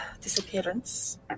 disappearance